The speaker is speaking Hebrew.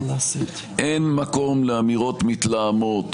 אין מקום לאמירות מתלהמות,